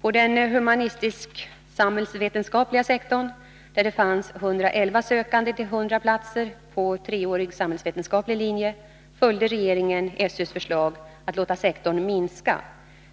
På den humanistisk-samhällsvetenskapliga sektorn, där det fanns 111 sökande till 100 platser på treårig samhällsvetenskaplig linje, följde regeringen SÖ:s förslag att låta sektorn minska,